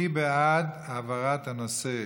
מי בעד העברת הנושא